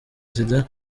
sida